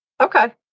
Okay